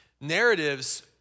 narratives